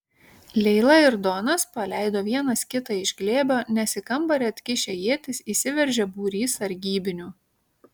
leila ir donas paleido vienas kitą iš glėbio nes į kambarį atkišę ietis įsiveržė būrys sargybinių